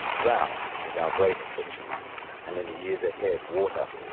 drought is our great affliction and in the years ahead water,